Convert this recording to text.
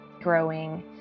growing